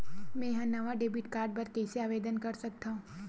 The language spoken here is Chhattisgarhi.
मेंहा नवा डेबिट कार्ड बर कैसे आवेदन कर सकथव?